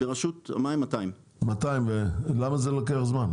ברשות המים 200. 200 ולמה זה לוקח זמן?